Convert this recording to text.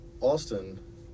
Austin